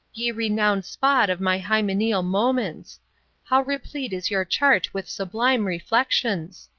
ye renowned spot of my hymeneal moments how replete is your chart with sublime reflections!